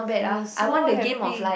you was so happy